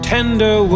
Tender